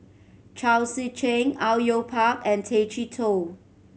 Chao Tzee Cheng Au Yue Pak and Tay Chee Toh